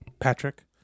Patrick